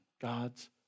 God's